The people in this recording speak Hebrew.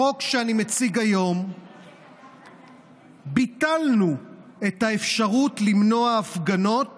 בחוק שאני מציג היום ביטלנו את האפשרות למנוע הפגנות